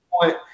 point